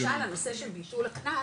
זה בדיוק, למשל הנושא של ביטול הקנס